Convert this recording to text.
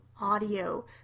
audio